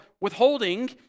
withholding